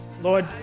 Lord